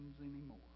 anymore